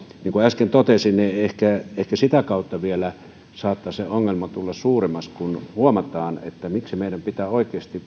niin kuin äsken totesin ehkä ehkä sitä kautta vielä saattaa se ongelma tulla suuremmaksi kun huomataan miksi meidän pitää oikeasti